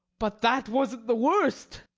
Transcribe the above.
but that wasn't the worst.